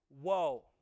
Whoa